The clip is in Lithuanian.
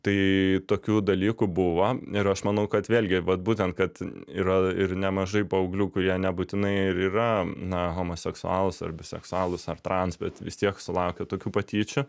tai tokių dalykų buvo ir aš manau kad vėlgi vat būtent kad yra ir nemažai paauglių kurie nebūtinai ir yra na homoseksualūs ar biseksualūs ar trans bet vis tiek sulaukia tokių patyčių